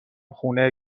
خونه